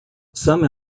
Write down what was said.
some